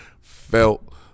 felt